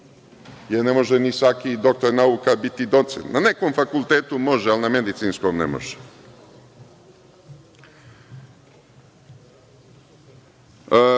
nije. Ne može ni svaki doktor nauka biti docent. Na nekom fakultetu može, ali na Medicinskom ne